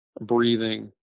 breathing